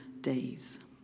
days